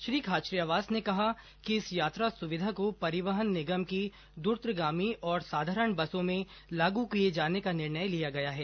श्री खाचरियावास ने कहा कि इस यात्रा सुविधा को परिवहन निगम की द्रतगामी और साधारण बसों में लागू किये जाने का निर्णय लिया गया है